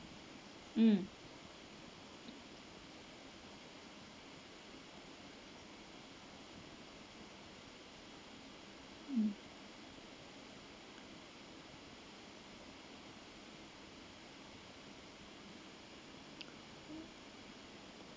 um mm